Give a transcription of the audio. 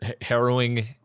harrowing